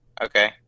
Okay